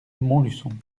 montluçon